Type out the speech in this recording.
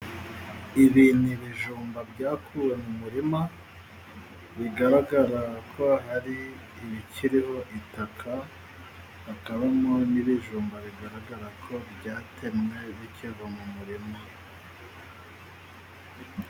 Ibi ni ibijumba byakuwe mu murima, bigaragara ko hari ibikiriho itaka hakabamo n'ibijumba, bigaragara ko byatemwe bikiri mu murima.